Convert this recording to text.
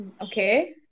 Okay